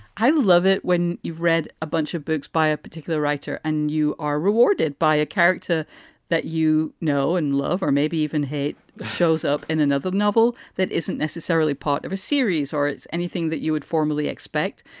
i love it when you've read a bunch of books by a particular writer and you are rewarded by a character that you know and love or maybe even hate shows up in another novel that isn't necessarily part of a series or it's anything that you would formally expect.